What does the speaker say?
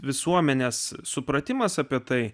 visuomenės supratimas apie tai